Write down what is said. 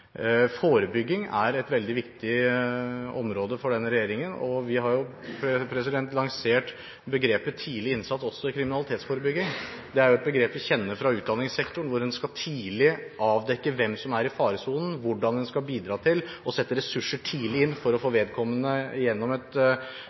Forebygging er et veldig viktig område for denne regjeringen. Vi har lansert begrepet «tidlig innsats» også i kriminalitetsforebyggingen. Dette er et begrep vi kjenner fra utdanningssektoren, hvor en tidlig skal avdekke hvem som er i faresonen, og hvor en skal bidra ved å sette inn ressurser tidlig – for å få